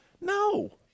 No